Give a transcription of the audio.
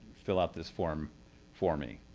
fill out this form for me.